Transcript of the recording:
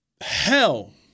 hell